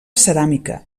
ceràmica